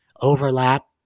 overlap